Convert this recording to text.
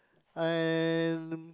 and